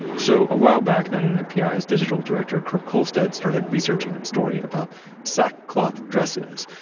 so a while back ninety nine pi's digital director, kurt kohlstedt, started researching a story about sackcloth dresses.